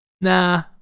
Nah